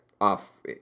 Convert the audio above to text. off